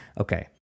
Okay